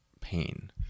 pain